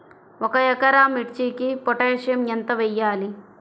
ఒక ఎకరా మిర్చీకి పొటాషియం ఎంత వెయ్యాలి?